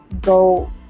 go